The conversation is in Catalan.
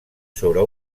sobre